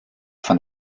von